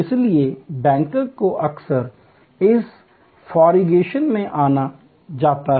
इसलिए बैंकों को अक्सर इस कॉन्फ़िगरेशन में माना जाता है